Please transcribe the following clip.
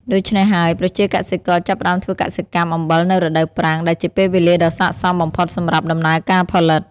ដូច្នេះហើយ ប្រជាកសិករចាប់ផ្ដើមធ្វើកសិកម្មអំបិលនៅរដូវប្រាំងដែលជាពេលវេលាដ៏ស័ក្តិសមបំផុតសម្រាប់ដំណើរការផលិត។